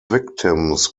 victims